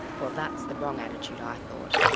well, that's the wrong attitude, i thought,